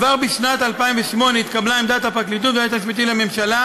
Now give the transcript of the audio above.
כבר בשנת 2008 התקבלה עמדת הפרקליטות והיועץ המשפטי לממשלה,